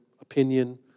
opinion